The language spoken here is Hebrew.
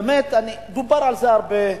באמת, דובר על זה הרבה.